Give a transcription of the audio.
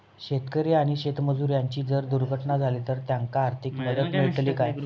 शेतकरी आणि शेतमजूर यांची जर दुर्घटना झाली तर त्यांका आर्थिक मदत मिळतली काय?